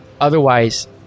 Otherwise